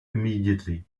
immediately